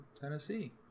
Tennessee